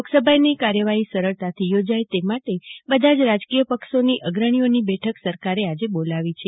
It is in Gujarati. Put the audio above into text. લોકસભાની કાર્યવાહી સરળતાથી યોજાય તે માટે બધા જ રાજકીય પક્ષોની અગ્રણીઓની બેઠક સરકારે આજે બોલાવી છે